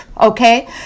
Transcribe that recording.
okay